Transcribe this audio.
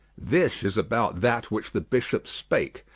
this is about that, which the byshop spake,